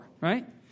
right